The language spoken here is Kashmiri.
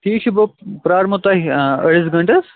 ٹھیٖک چھُ بہٕ پرٛارہو تۄہہِ أڈِس گنٛٹَس